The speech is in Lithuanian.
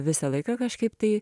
visą laiką kažkaip tai